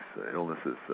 illnesses